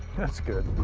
that's good.